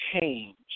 change